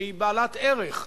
שהיא בעלת ערך,